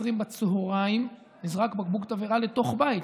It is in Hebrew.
ב-13:20 נזרק בקבוק תבערה לתוך בית,